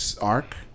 arc